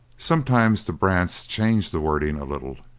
sometimes the brants changed the wording a little,